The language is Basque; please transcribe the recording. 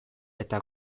eta